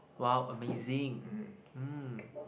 !wow! amazing mm